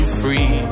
free